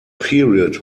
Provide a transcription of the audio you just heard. period